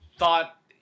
thought